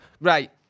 Right